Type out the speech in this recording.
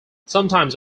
sometimes